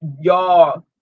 y'all